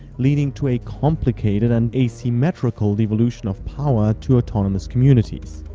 leading to a complicated and asymmetrical devolution of power to autonomous communities.